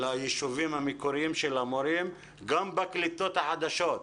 לישובים המקוריים של המורים, גם בקליטות החדשות.